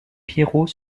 pierrot